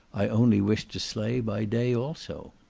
i only wished to sleigh by day also.